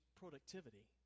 productivity